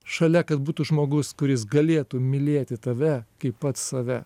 šalia kad būtų žmogus kuris galėtų mylėti tave kaip pats save